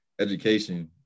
education